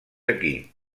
aquí